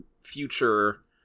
future